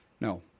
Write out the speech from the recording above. No